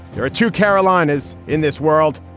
there are two carolinas in this world.